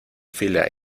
fila